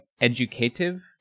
educative